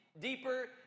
deeper